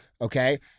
okay